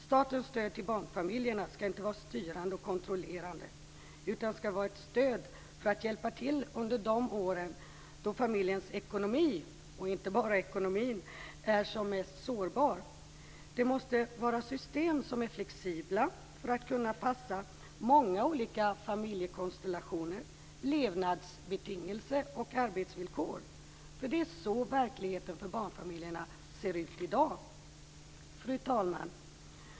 Statens stöd till barnfamiljerna skall inte vara styrande och kontrollerande utan skall vara ett stöd för att hjälpa till under de år då familjens ekonomi, och inte bara ekonomin, är som mest sårbar. Det måste vara system som är flexibla för att kunna passa många olika familjekonstellationer, levnadsbetingelser och arbetsvillkor. För det är så verkligheten för barnfamiljerna ser ut i dag. Fru talman!